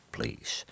Please